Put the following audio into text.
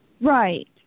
Right